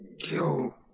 kill